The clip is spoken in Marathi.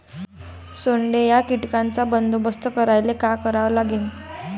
सोंडे या कीटकांचा बंदोबस्त करायले का करावं लागीन?